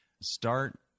start